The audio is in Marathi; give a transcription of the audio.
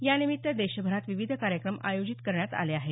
यानिमित्त देशभरात विविध कार्यक्रम आयोजित करण्यात आले आहेत